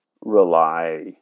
rely